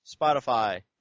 Spotify